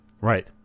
Right